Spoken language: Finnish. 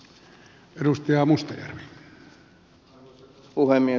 arvoisa puhemies